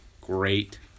Great